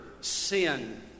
sin